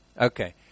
Okay